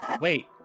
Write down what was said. Wait